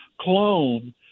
clone